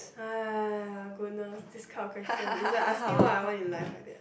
!aiya! goodness this kind of question is like asking what I want in life like that